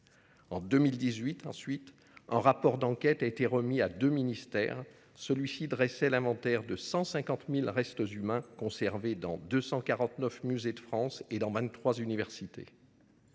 En 2018, un rapport d'enquête a été remis à deux ministères. Il dressait l'inventaire de 150 000 restes humains conservés dans 249 musées de France et 23 universités.